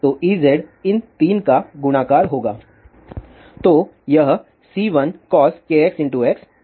तो Ez इन 3 का गुणाकार होगा